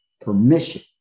permission